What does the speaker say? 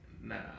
nah